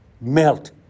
melt